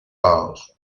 hours